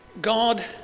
God